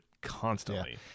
constantly